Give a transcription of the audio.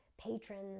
patrons